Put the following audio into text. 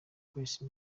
kwesa